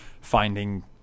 finding